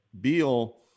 Beal